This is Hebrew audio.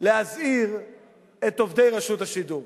להזהיר את עובדי רשות השידור.